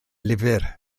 lyfr